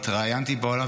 התראיינתי בעולם,